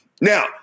Now